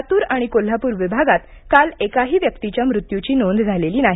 लातूर आणि कोल्हापूर विभागात काल एकाही व्यक्तीच्या मृत्यूची नोंद झाली नाही